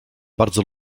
bardzo